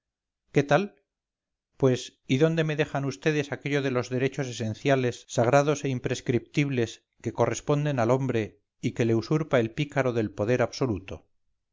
qué tal pues y dónde me dejan vds aquello de los derechos esenciales sagrados e imprescriptibles que corresponden al hombre y que le usurpa el pícaro del poder absoluto